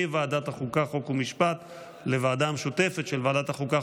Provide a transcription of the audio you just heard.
מוועדת החוקה חוק ומשפט לוועדה המשותפת של ועדת החוקה,